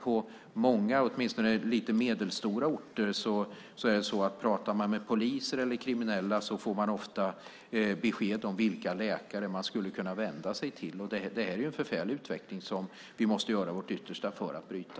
På många åtminstone medelstora orter är det så att pratar man med poliser och kriminella får man ofta besked om vilka läkare man skulle kunna vända sig till. Det är en förfärlig utveckling som vi måste göra vårt yttersta för att bryta.